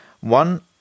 one